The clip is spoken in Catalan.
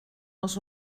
als